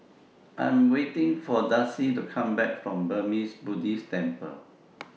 I Am waiting For Darcie to Come Back from Burmese Buddhist Temple